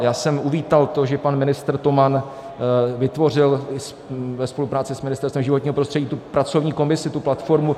Já jsem uvítal to, že pan ministr Toman vytvořil ve spolupráci s Ministerstvem životního prostředí tu pracovní komisi, tu platformu.